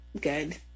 good